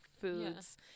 foods